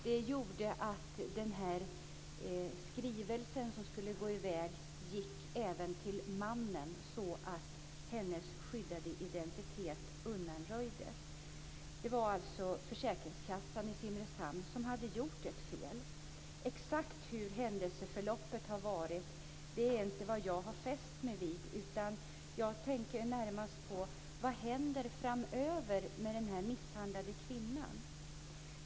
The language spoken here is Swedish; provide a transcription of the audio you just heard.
Det gjorde att den skrivelse som skulle gå i väg även gick till mannen, så att kvinnans skyddade identitet undanröjdes. Det var alltså försäkringskassan i Simrishamn som hade gjort ett fel. Jag har inte fäst mig vid det exakta händelseförloppet, utan jag tänker närmast på vad som händer framöver med den här misshandlade kvinnan.